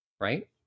Right